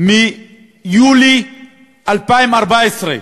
מיולי 2014,